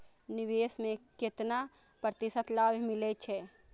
निवेश में केतना प्रतिशत लाभ मिले छै?